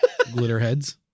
glitterheads